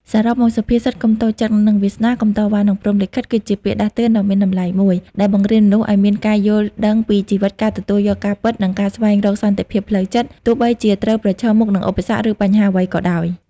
សរុបមក សុភាសិត កុំតូចចិត្តនឹងវាសនា កុំតវ៉ានឹងព្រហ្មលិខិត គឺជាពាក្យដាស់តឿនដ៏មានតម្លៃមួយ ដែលបង្រៀនមនុស្សឱ្យមានការយល់ដឹងពីជីវិត ការទទួលយកការពិត និងការស្វែងរកសន្តិភាពផ្លូវចិត្ត ទោះបីជាត្រូវប្រឈមមុខនឹងឧបសគ្គ ឬបញ្ហាអ្វីក៏ដោយ។